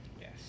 Yes